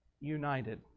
united